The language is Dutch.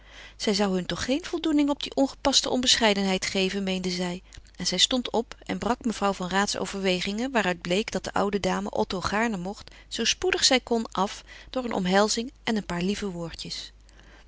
zij zou hun toch geen voldoening op die ongepaste onbescheidenheid geven meende zij en zij stond op en brak mevrouw van raats overwegingen waaruit bleek dat de oude dame otto gaarne mocht zoo spoedig zij kon af door een omhelzing en een paar lieve woordjes